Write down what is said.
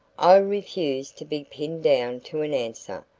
i refuse to be pinned down to an answer,